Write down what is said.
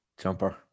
jumper